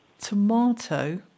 tomato